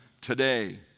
today